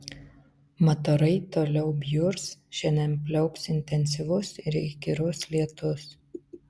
mat orai toliau bjurs šiandien pliaups intensyvus ir įkyrus lietus